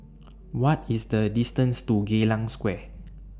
What IS The distance to Geylang Square